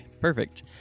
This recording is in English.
Perfect